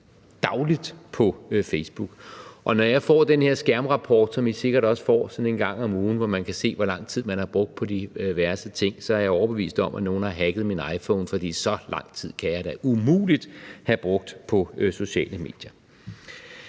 dagligt! – på Facebook, og når jeg får den her skærmrapport, som I sikkert også får sådan en gang om ugen, hvor man kan se, hvor lang tid man har brugt på diverse ting, så er jeg overbevist om, at nogen har hacket min iPhone, fordi så lang tid kan jeg da umuligt have brugt på sociale medier.